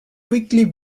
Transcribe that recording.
quickly